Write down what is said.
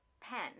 pen